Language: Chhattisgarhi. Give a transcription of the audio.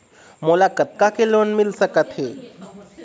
मोला कतका के लोन मिल सकत हे?